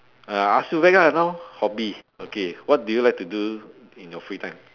uh I ask you back ah now hobby okay what do you like to do in your free time